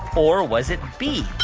or was it b,